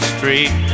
Street